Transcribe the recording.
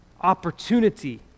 opportunity